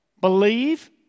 Believe